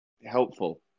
Helpful